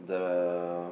the